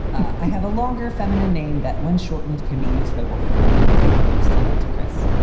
i have a longer feminine name that when shortened, can be used by both men and women think christina. to chris,